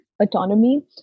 autonomy